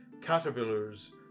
caterpillars